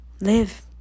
Live